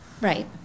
Right